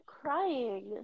crying